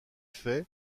faits